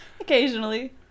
Occasionally